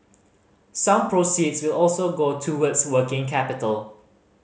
some proceeds will also go towards working capital